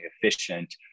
efficient